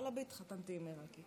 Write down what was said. עיראקי